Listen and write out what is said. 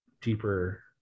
deeper